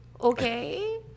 Okay